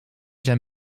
zijn